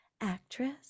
actress